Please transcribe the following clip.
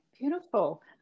beautiful